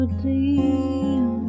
dream